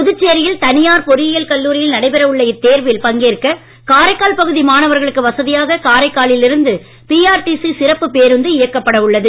புதுச்சேரியில் தனியார் பொறியியல் கல்லூரியில் நடைபெற உள்ள இத்தேர்வில் பங்கேற்க காரைக்கால் பகுதி மாணவர்களுக்கு வசதியாக காரைக்காலில் இருந்து பிஆர்டிசி சிறப்பு பேருந்து இயக்கப்பட உள்ளது